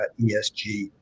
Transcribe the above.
ESG